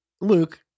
Luke